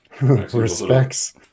Respects